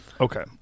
okay